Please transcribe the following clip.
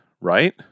right